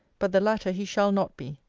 but the latter he shall not be.